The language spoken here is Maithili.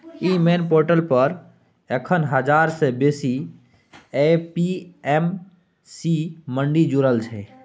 इ नेम पोर्टल पर एखन हजार सँ बेसी ए.पी.एम.सी मंडी जुरल छै